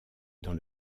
dans